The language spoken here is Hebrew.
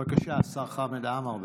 בבקשה, השר חמד עמאר.